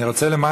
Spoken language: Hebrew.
אני רוצה לומר,